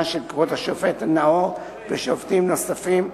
של כבוד השופטת נאור ושופטים נוספים,